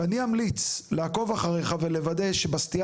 שאני אמליץ לעקוב אחרייך ולוודא שבסטייה